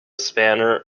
spanner